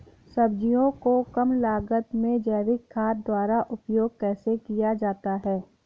सब्जियों को कम लागत में जैविक खाद द्वारा उपयोग कैसे किया जाता है?